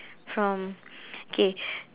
from okay